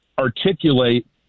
articulate